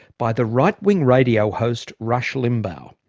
by the right-wing radio host rush limbaugh.